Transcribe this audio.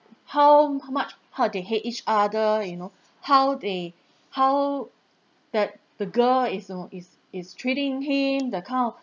how how much how they hate each other you know how they how that the girl is you know is is treating him that kind of